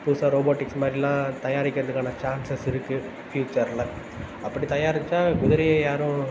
புதுசாக ரோபோட்டிக்ஸ் மாதிரிலாம் தயாரிக்கிறதுக்கான சான்ஸஸ் இருக்கு ஃப்யூச்சரில் அப்படி தயாரிச்சால் குதிரையை யாரும்